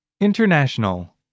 International